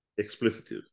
Explicitive